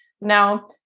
Now